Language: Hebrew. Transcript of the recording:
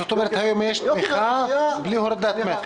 זאת אומרת, היום יש תמיכה בלי הורדת מכס.